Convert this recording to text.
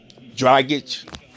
Dragic